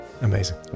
Amazing